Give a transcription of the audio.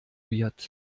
wird